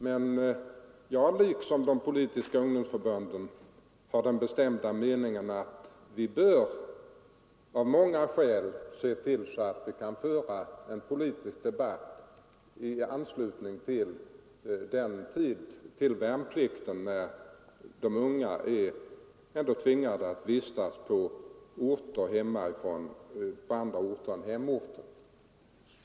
Men jag liksom de politiska ungdomsförbunden har den bestämda meningen att vi bör, av många skäl, se till att de värnpliktiga kan föra en politisk debatt under en tid då de är tvingade att vistas på annan ort än hemorten.